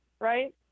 right